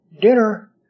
dinner